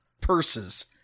purses